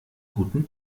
guten